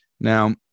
Now